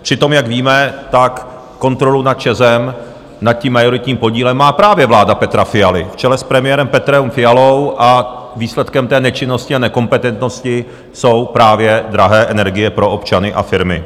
Přitom jak víme, kontrolu nad ČEZem, nad tím majoritním podílem, má právě vláda Petra Fialy v čele s premiérem Petrem Fialou a výsledkem té nečinnosti a nekompetentnosti jsou právě drahé energie pro občany a firmy.